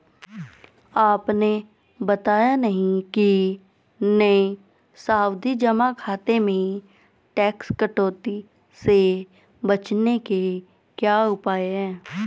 आपने बताया नहीं कि नये सावधि जमा खाते में टैक्स कटौती से बचने के क्या उपाय है?